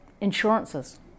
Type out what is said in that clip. Insurances